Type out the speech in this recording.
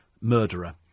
murderer